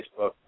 Facebook